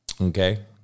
Okay